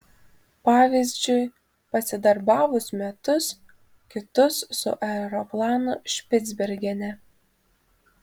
pavyzdžiui pasidarbavus metus kitus su aeroplanu špicbergene